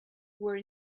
were